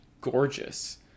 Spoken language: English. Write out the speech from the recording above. gorgeous